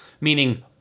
meaning